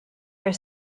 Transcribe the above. are